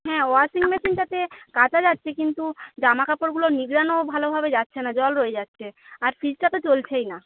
হ্যাঁ ওয়াশিং মেশিনটাতে কাচা যাচ্ছে কিন্তু জামাকাপড়গুলো নিংড়ানো ভালোভাবে যাচ্ছে না জল রয়ে যাচ্ছে আর ফ্রিজটা তো চলছেই না